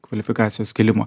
kvalifikacijos kėlimo